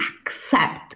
accept